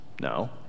No